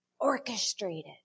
orchestrated